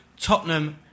Tottenham